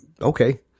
Okay